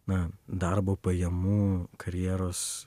na darbo pajamų karjeros